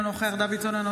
אינו